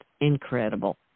incredible